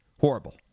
Horrible